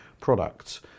products